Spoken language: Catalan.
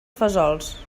fesols